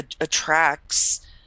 attracts